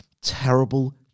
Terrible